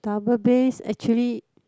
double bass actually